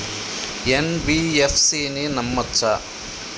NBFC ని నమ్మచ్చా?